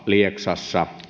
lieksaa